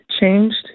changed